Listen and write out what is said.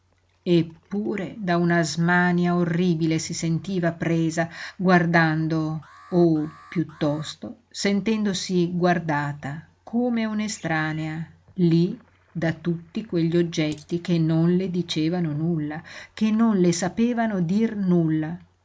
eppure da una smania orribile si sentiva presa guardando o piuttosto sentendosi guardata come un'estranea lí da tutti quegli oggetti che non le dicevano nulla che non le sapevano dir nulla